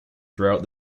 throughout